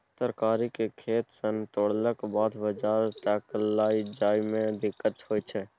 तरकारी केँ खेत सँ तोड़लाक बाद बजार तक लए जाए में दिक्कत होइ छै